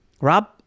Rob